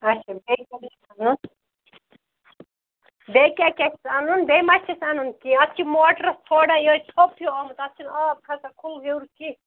اَچھا بیٚیہِ کیٛاہ اَنُن بیٚیہِ کیٛاہ کیاہ چھُس اَنُن بیٚیہِ ما چھِس اَنُن کیٚنٛہہ اَتھ چھِ موٹرَس تھوڑا یِہَے تھوٚپ ہیٛوٗ آمُت اَتھ چھُ نہٕ آب کھسان کھُلہٕ ہیوٚر کیٚنٛہہ